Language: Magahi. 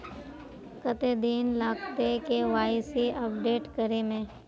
कते दिन लगते के.वाई.सी अपडेट करे में?